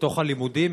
לתוך הלימודים.